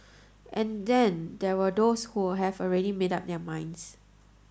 and then there were those who have already made up their minds